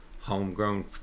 homegrown